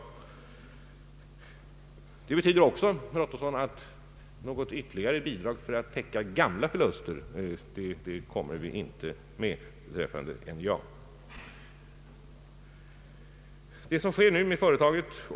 Detta betyder också, herr Ottosson, att något ytterligare bidrag för att täcka gamla förluster vid NJA inte kommer att föreslås.